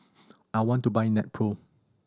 I want to buy Nepro